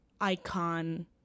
icon